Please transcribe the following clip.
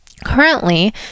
Currently